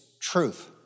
truth